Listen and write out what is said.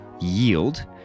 Yield